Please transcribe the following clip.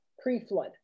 pre-flood